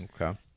Okay